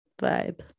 vibe